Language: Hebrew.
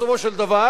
בסופו של דבר